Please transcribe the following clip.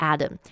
Adam